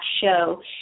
show